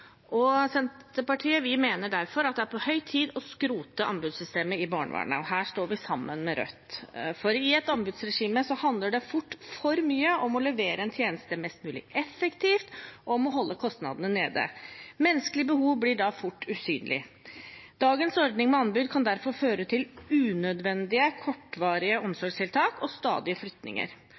Senterpartiet mener derfor at det er på høy tid å skrote anbudssystemet i barnevernet, og her står vi sammen med Rødt. I et anbudsregime handler det fort for mye om å levere en tjeneste mest mulig effektivt og om å holde kostnadene nede, og menneskelige behov blir da fort usynlige. Dagens ordning med anbud kan derfor føre til unødvendige, kortvarige omsorgstiltak og stadige